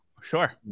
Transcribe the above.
Sure